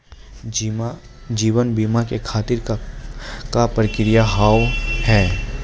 जीवन बीमा के खातिर का का प्रक्रिया हाव हाय?